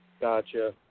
Gotcha